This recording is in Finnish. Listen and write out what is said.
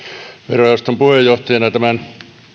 verojaoston puheenjohtajana tämän